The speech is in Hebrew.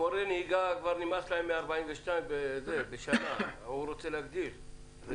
מורי הנהיגה מקטרים על 42 טסטים מפוקחים בשנה,